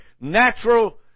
natural